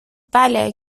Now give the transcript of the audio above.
بله